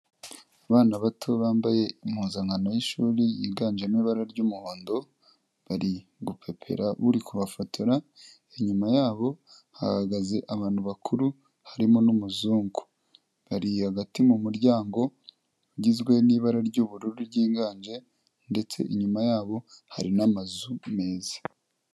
Abana bato bambaye impuzankano y'ishuri yiganjemo ibara ry'umuhondo, bari gupepera uri kubafotora, inyuma yabo hahagaze abantu bakuru, harimo n'umuzungu. Bari hagati mu muryango ugizwe n'ibara ry'ubururu ryiganje ndetse inyuma yabo hari n'amazu meza.